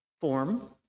form